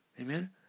Amen